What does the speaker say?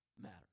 matter